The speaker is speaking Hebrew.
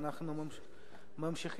אנחנו מודים לך, גברתי השרה.